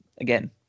again